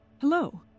Hello